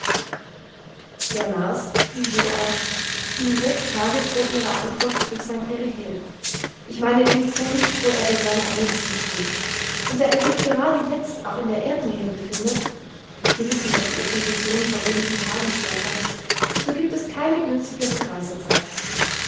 der mars fiel jo ein ging sechs tage vor ihrer ankunft durch sein perihel ich meine den punkt wo er der sonne am nächsten steht und da er sich gerade jetzt auch in der erdnähe befindet sie wissen daß die opposition vor wenigen tagen stattfand so gibt es keine günstigere reisezeit